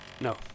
No